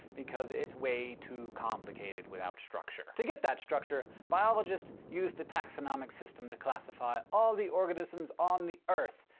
because it's way too complicated without structure. to get that structure biologists use the taxonomic system to classify all the organisms on the earth.